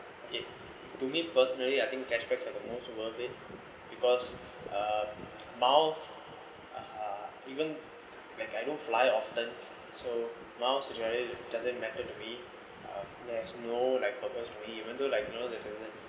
okay to me personally I think cashbacks are the most worth it because uh miles even like I don't fly often so miles generally it doesn't matter to me there's no like purpose even though like you know the